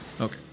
okay